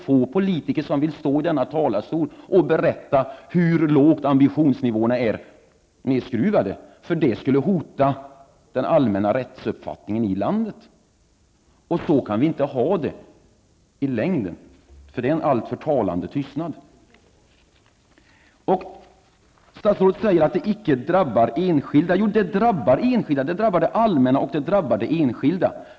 Få politiker vill stå i denna talarstol och berätta hur lågt nedskruvade ambitionsnivåerna är, då det skulle hota den allmänna rättsuppfattningen i landet. Så kan vi inte ha det i längden, då det är en alltför talande tystnad. Statsrådet säger att detta icke drabbar enskilda. Jo, det drabbar det allmänna, det drabbar de enskilda.